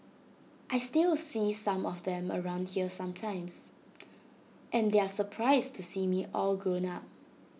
I still see some of them around here sometimes and they are surprised to see me all grown up